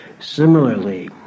Similarly